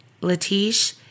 Latish